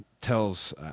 tells